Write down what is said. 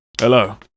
Hello